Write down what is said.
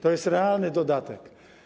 To jest realny dodatek.